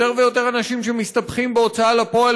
יותר ויותר אנשים שמסתבכים בהוצאה לפועל